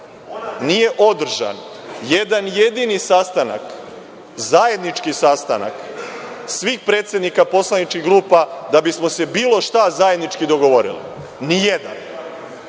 nije održan jedan jedini sastanak, zajednički sastanak svih predsednika poslaničkih grupa, da bismo se bilo šta zajednički dogovorili, ni jedan,